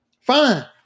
Fine